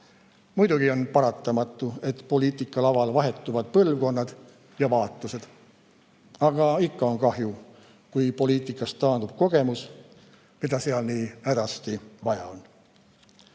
muidugi on paratamatu, et poliitikalaval vahetuvad põlvkonnad ja vaatused, aga ikka on kahju, kui poliitikast taandub kogemus, mida seal nii hädasti vaja on.